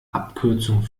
abkürzung